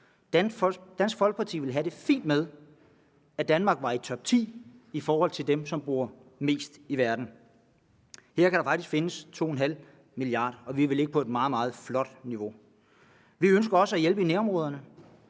Dansk Folkeparti ville have det fint med, at Danmark var i topti over dem i verden, som bruger mest. Her kan der faktisk findes 2½ mia. kr., og vi ville ligge på et meget, meget flot niveau. Vi ønsker også at hjælpe i nærområderne.